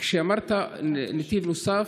כשאמרת נתיב נוסף,